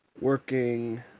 working